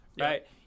right